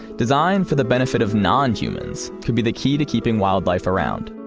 design for the benefit of non-humans could be the key to keeping wildlife around.